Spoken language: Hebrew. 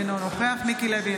אינו נוכח מיקי לוי,